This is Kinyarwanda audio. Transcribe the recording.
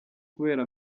kubera